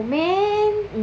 oh man